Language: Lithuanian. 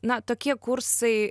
na tokie kursai